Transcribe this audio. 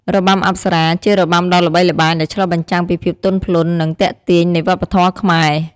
របាំអប្សរា ជារបាំដ៏ល្បីល្បាញ ដែលឆ្លុះបញ្ចាំងពីភាពទន់ភ្លន់ និងទាក់ទាញនៃវប្បធម៌ខ្មែរ។